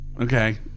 Okay